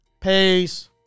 Peace